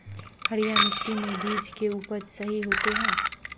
हरिया मिट्टी में बीज के उपज सही होते है?